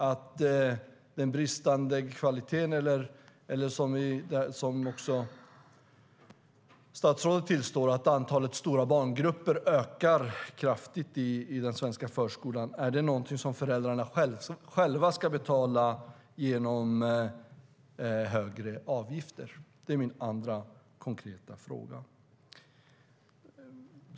Det finns en bristande kvalitet, och statsrådet tillstår också att antalet stora barngrupper ökar kraftigt i den svenska förskolan. Är detta någonting som föräldrarna själva ska betala genom högre avgifter? Det är min andra konkreta fråga.